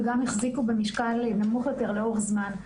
וגם החזיקו במשקל נמוך יותר לאורך זמן.